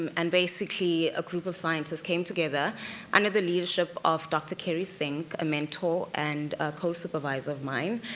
um and basically, a group of scientists came together under the leadership of dr. cary sing, a mentor and a co-supervisor of mine,